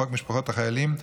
חוק משפחות החיילים,